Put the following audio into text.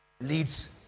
leads